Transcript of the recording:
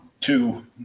two